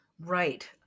Right